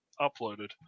uploaded